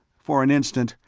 for an instant,